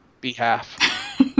behalf